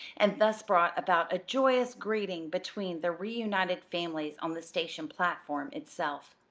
and thus brought about a joyous greeting between the reunited families on the station platform itself.